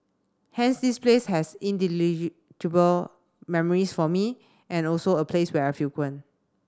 hence this place has memories for me and also a place where I frequent